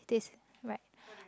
is this right